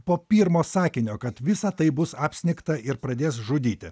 po pirmo sakinio kad visa tai bus apsnigta ir pradės žudyti